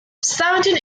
seventeen